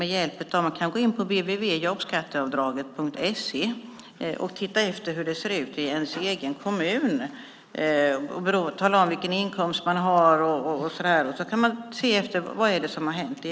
Med hjälp av länken www.jobbskatteavdraget.se kan man titta efter hur det ser ut i ens egen kommun. Man talar om vilken inkomst man har och kan se efter vad som har hänt.